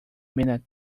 minute